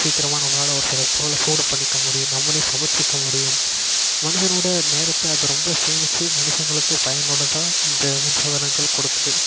சீக்கிரமாக நம்மளால் ஒரு சில பொருளை சூடு பண்ணிக்க முடியும் நம்மளே சமைச்சிக்க முடியும் மனுஷனோட நேரத்தை அது ரொம்ப சேமிச்சு மனுஷங்களுக்கு பயனுள்ளதாக இந்த மின் சாதனங்கள் கொடுக்குது